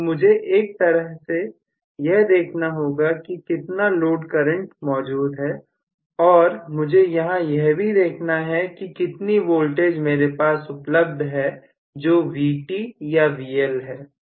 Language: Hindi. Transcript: तो मुझे एक तरह से यह देखना होगा कि कितना लोड करंट मौजूद है और मुझे यहां यह भी देखना है कि कितनी वोल्टेज मेरे पास उपलब्ध है जो Vt या VL है